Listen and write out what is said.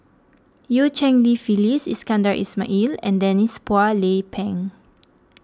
Eu Cheng Li Phyllis Iskandar Ismail and Denise Phua Lay Peng